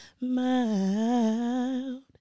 mild